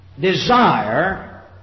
desire